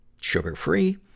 sugar-free